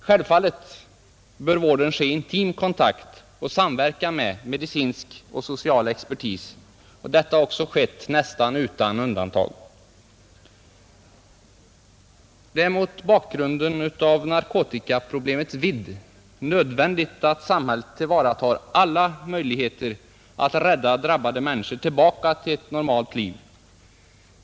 Självfallet bör vården ske i intim kontakt och samverkan med medicinsk och social expertis. Detta har också skett nästan utan undantag. Det är mot bakgrunden av narkotikaproblemets vidd nödvändigt att samhället tillvaratar alla möjligheter att rädda drabbade människor tillbaka till ett normalt liv.